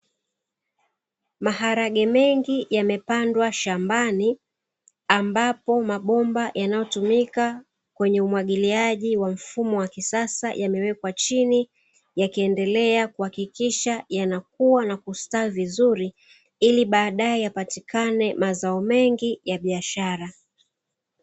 Maharage mengi yamepandwa shambani, ambapo mabomba yanayotumika kwenye umwagiliaji wa mfumo wa kisasa yamewekwa chini, yakiendelea kuhakikisha yanakua na kustawi vizuri. Ili baadae yapatikane mazao mengi ya biashara.